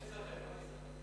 אל תיסחף.